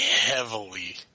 heavily